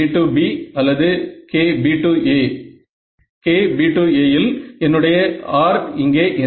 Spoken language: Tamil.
KAB அல்லது KBA இல் என்னுடைய R இங்கே என்ன